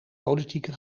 politieke